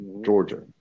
Georgia